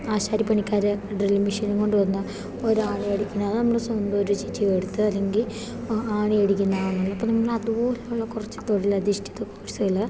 ആശാരി പണിക്കാർ ഡ്രില്ലിങ് മെഷീനും കൊണ്ട് വന്ന് ഒരു ആണി അടിക്കുന്നത് അത് നമ്മൾ സ്വന്തം ഒരു ചുറ്റിക എടുത്ത് അല്ലെങ്കിൽ ആ ആണി അടിക്കുന്ന ആണെങ്കിൽ അപ്പം നമ്മൾ അതുപോലെയുള്ള കുറച്ച് തൊഴിലധിഷ്ഠിത കോഴ്സുകൾ